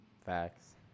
Facts